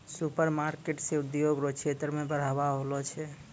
supermarket से उद्योग रो क्षेत्र मे बढ़ाबा होलो छै